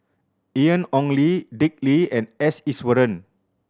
Ian Ong Li Dick Lee and S Iswaran